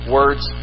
words